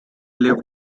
lived